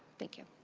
thank you.